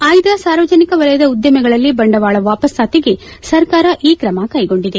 ಆಯ್ದ ಸಾರ್ವಜನಿಕ ವಲಯದ ಉದ್ಗಿಮೆಗಳಲ್ಲಿ ಬಂಡವಾಳ ವಾಪಾಸಾತಿಗೆ ಸರ್ಕಾರ ಈ ಕ್ರಮ ಕೈಗೊಂಡಿದೆ